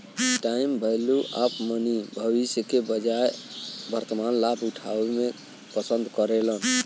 time value of money में भविष्य के बजाय वर्तमान में लाभ उठावे पसंद करेलन